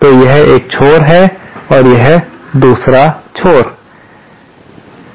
तो यह एक छोर है और यह दूसरा छोर है